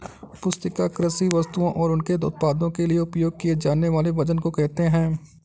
पुस्तिका कृषि वस्तुओं और उनके उत्पादों के लिए उपयोग किए जानेवाले वजन को कहेते है